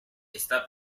esta